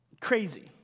crazy